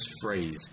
phrase